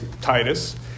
Titus